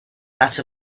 that